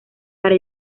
para